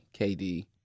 KD